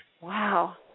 Wow